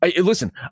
listen